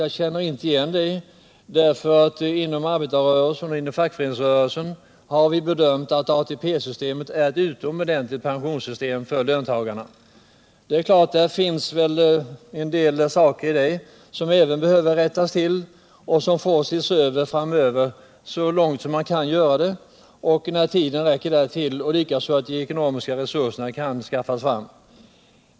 Jag känner inte igen det talet, eftersom vi inom arbetarrörelsen och fackföreningsrörelsen har bedömt att ATP-systemet är ett utomordentligt pensionssystem för löntagarna. Det är klart att det finns en del saker i det systemet som behöver rättas till och som får ses över så småningom så långt man kan göra det och när tiden räcker därtill. Vi får naturligtvis också avvakta att de ekonomiska resurserna kan skaffas fram.